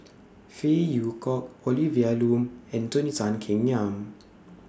Phey Yew Kok Olivia Lum and Tony Tan Keng Yam